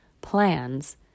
plans